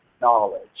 knowledge